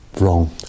wrong